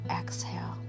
exhale